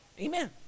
Amen